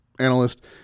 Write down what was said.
analyst